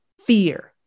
fear